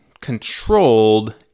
controlled